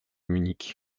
munich